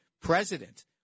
president